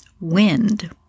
wind